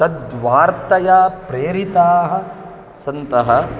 तद्वार्तया प्रेरिताः सन्तः